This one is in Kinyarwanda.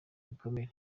ibikomere